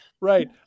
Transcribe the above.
right